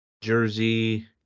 jersey